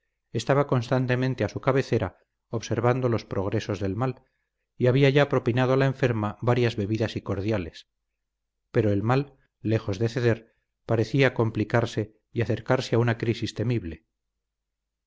estaba constantemente a su cabecera observando los progresos del mal y había ya propinado a la enferma varias bebidas y cordiales pero el mal lejos de ceder parecía complicarse y acercarse a una crisis temible